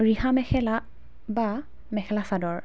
ৰিহা মেখেলা বা মেখেলা চাদৰ